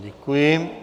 Děkuji.